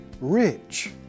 rich